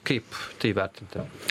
kaip tai vertintumėt